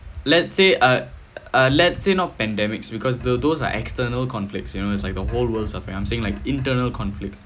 let's say uh uh let's say not pandemics because th~ those are external conflicts you know it's like the whole world suffering I'm saying like internal conflict